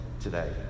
today